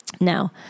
Now